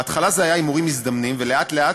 בהתחלה זה היה הימורים מזדמנים, ולאט-לאט,